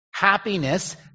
Happiness